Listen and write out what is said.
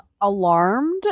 alarmed